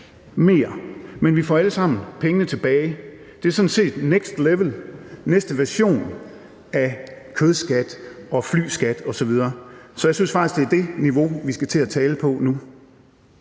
men vi får alle sammen pengene tilbage. Det er sådan set next level, næste version af kødskat og flyskat osv. Så jeg synes faktisk, at det er det niveau, vi skal til at tale om nu.